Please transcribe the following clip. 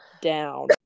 down